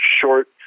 short